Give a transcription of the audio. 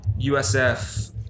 USF